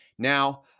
Now